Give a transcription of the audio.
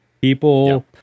People